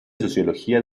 sociología